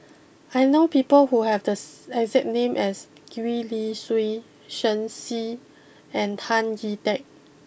I know people who have the exact name as Gwee Li Sui Shen Xi and Tan Chee Teck